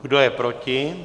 Kdo je proti?